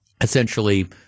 essentially